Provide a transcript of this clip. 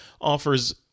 offers